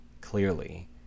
clearly